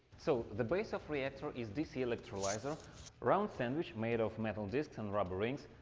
so the base of reactor is dc electrolyzer round sandwich made of metal discs and rubber rings.